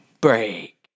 Break